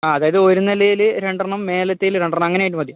ആ അതായത് ഒരു നിലയിൽ രണ്ടെണ്ണം മേലേത്തതിൽ രണ്ടെണ്ണം അങ്ങനെയായിട്ട് മതിയോ